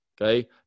Okay